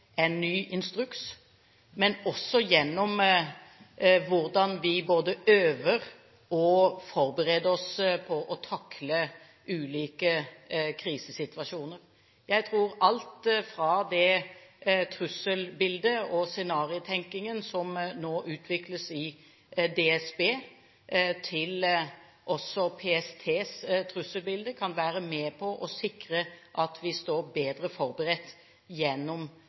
ny instruks og også gjennom hvordan vi øver og forbereder oss på å takle ulike krisesituasjoner. Jeg tror alt fra det trusselbildet og den scenariotenkningen som nå utvikles i DSB, til PSTs trusselbilde kan være med på å sikre at vi står bedre forberedt gjennom